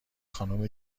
خانم